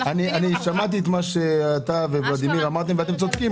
שמעתי את מה שאתה וולדימיר אמרתם ואתם צודקים.